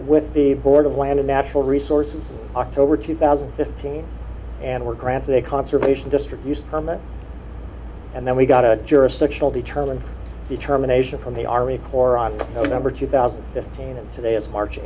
with the board of land of natural resources october two thousand and fifteen and were granted a conservation distribution permit and then we got a jurisdictional determined determination from the army corps on november two thousand and fifteen and today is march